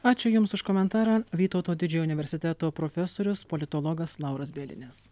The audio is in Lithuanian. ačiū jums už komentarą vytauto didžiojo universiteto profesorius politologas lauras bielinis